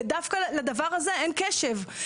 ודווקא לדבר הזה אין קשב.